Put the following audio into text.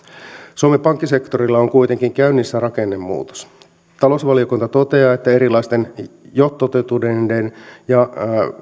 suomen pankkisektorilla on kuitenkin käynnissä rakennemuutos talousvaliokunta toteaa että erilaisten jo toteutuneiden ja